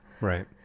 Right